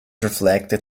reflected